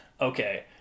Okay